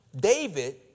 David